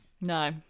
No